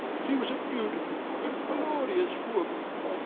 she was a beautiful, a glorious woman.